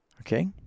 Okay